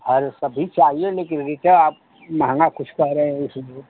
अरे सभी चाहिए लेकिन रेटै आप महँगा कुछ कह रहे हैं इसीलिए